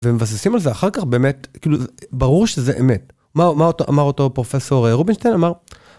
ומבססים על זה אחר כך באמת כאילו ברור שזה אמת מה הוא... מה אותו אמר אותו פרופסור רובינשטיין אמר.